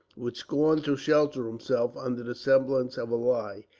would scorn to shelter himself under the semblance of a lie,